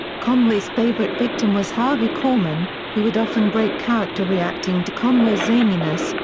conway's favorite victim was harvey korman, who would often break character reacting to conway's zaniness,